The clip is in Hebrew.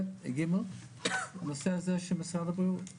ג', הנושא הזה של משרד הבריאות.